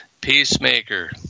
Peacemaker